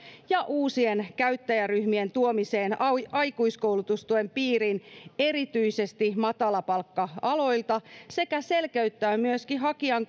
ja uusien käyttäjäryhmien tuomiseen aikuiskoulutustuen piiriin erityisesti matalapalkka aloilta sekä selkeyttää myöskin hakijan